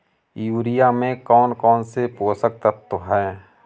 Urea में कौन कौन से पोषक तत्व है?